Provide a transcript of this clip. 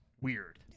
weird